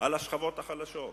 על השכבות החלשות.